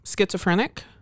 schizophrenic